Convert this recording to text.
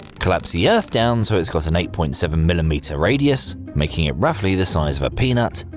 collapse the earth down so its got an eight point seven millimetre radius, making it roughly the size of a peanut,